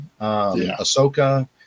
Ahsoka